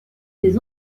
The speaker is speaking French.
des